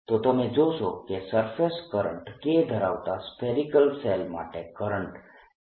તો તમે જોશો કે સરફેસ કરંટ K ધરાવતા સ્ફેરીકલ શેલ માટે કરંટ Ksinθ છે